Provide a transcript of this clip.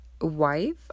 Wife